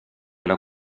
una